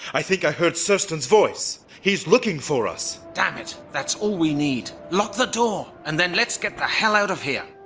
i think i heard serstan's voice! he's looking for us! halligan it, that's all we need! lock the door, and then let's get the hell out of here!